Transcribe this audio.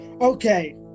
Okay